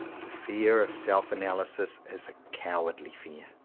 the fear of self-analysis is a cowardly fear,